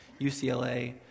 UCLA